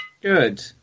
Good